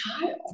child